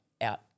out